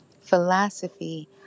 philosophy